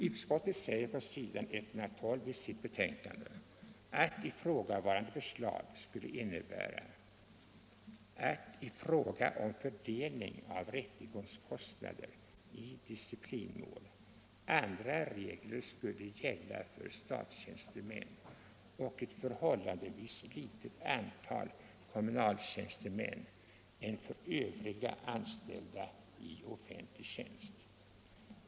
Utskottet säger på s. 112 i betänkandet att ifrågavarande förslag skulle innebära = Ansvar för funktioatt i fråga om fördelning av rättegångskostnader i disciplinmål andra = närer i offentlig regler skulle gälla för statstjänstemän och ett förhållandevis litet antal verksamhet kommunaltjänstemän än för övriga anställda i offentlig tjänst.